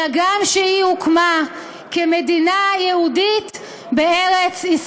אלא גם שהיא הוקמה כ'מדינה יהודית בארץ-ישראל',